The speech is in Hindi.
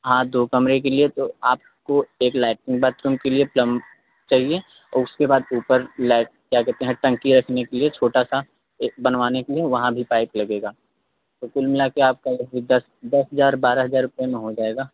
हाँ दो कमरे के लिए तो आपको एक लैट्रिन बाथरूम के लिए पल्म चाहिए और उसके बाद ऊपर ले क्या कहते हैं टंकी रखने के लिए छोटा सा एक बनवाने के लिए वहाँ भी पाइप लगेगा तो कुल मिला के आपका देखिये दस दस हज़ार बारह हज़ार रुपये में हो जाएगा